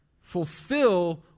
fulfill